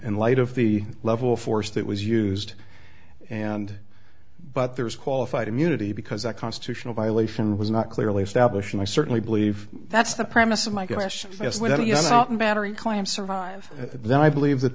in light of the level of force that was used and but there is qualified immunity because that constitutional violation was not clearly established and i certainly believe that's the premise of my gosh yes well you know something battery claim survive then i believe that